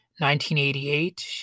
1988